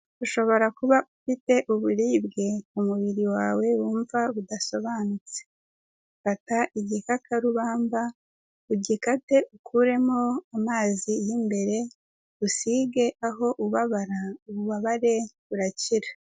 Ushobora kuba ufite uburibwe mu mubiri wawe wumva budasobanutse, fata igikakarubamba ugikate ukuremo amazi y'imbere, usige aho ubabara, ububabare burakira.